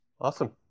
Awesome